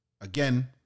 Again